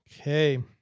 Okay